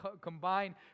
combine